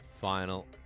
final